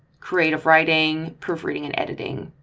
creative writing, proofreading and editing.